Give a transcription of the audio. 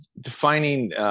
defining